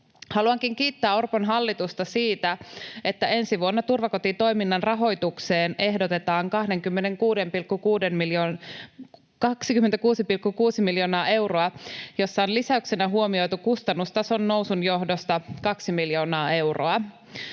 Haluankin kiittää Orpon hallitusta siitä, että ensi vuonna turvakotitoiminnan rahoitukseen ehdotetaan 26,6 miljoonaa euroa, jossa on lisäyksenä huomioitu kustannustason nousun johdosta 2 miljoonaa euroa.